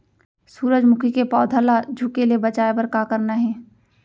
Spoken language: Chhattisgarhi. सूरजमुखी के पौधा ला झुके ले बचाए बर का करना हे?